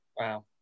Wow